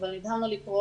אבל נדהמנו לקרוא